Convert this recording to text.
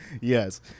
Yes